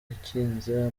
yakinze